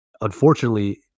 unfortunately